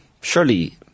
surely